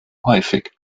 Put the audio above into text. häufig